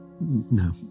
no